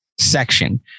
section